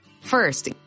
first